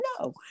No